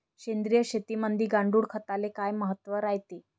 सेंद्रिय शेतीमंदी गांडूळखताले काय महत्त्व रायते?